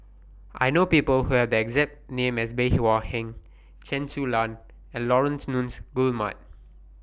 I know People Who Have The exact name as Bey Hua Heng Chen Su Lan and Laurence Nunns Guillemard